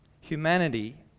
humanity